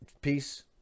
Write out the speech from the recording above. peace